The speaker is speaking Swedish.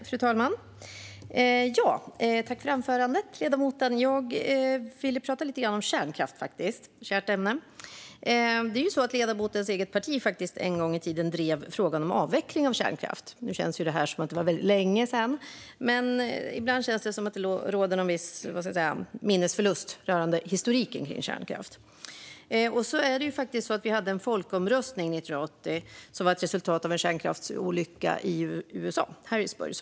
Fru talman! Tack för anförandet, ledamoten! Jag vill tala lite grann om kärnkraft, ett kärt ämne. Ledamotens eget parti drev en gång i tiden frågan om avveckling av kärnkraft. Nu känns det som att det var väldigt länge sedan. Ibland är det som att det råder en viss minnesförlust rörande historiken om kärnkraft. Vi hade en folkomröstning 1980 som var ett resultat av en kärnkraftsolycka i Harrisburg i USA.